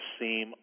seem